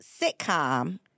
sitcom